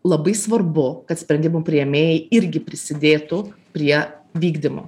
labai svarbu kad sprendimų priėmėjai irgi prisidėtų prie vykdymo